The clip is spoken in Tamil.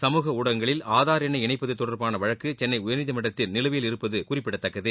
சமூக ஊடகங்களில் ஆதார் எண்ணை இணைப்பது தொடர்பான வழக்கு சென்னை உயர்நீதிமன்றத்தில் நிலுவையில் இருப்பது குறிப்பிடத்தக்கது